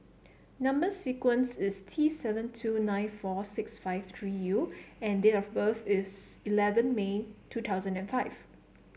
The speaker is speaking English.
number sequence is T seven two nine four six five three U and date of birth is eleven May two thousand and five